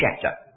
chapter